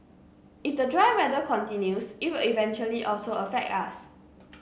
if the dry weather continues it will eventually also affect us